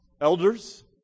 Elders